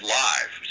live